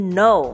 no